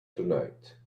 tonight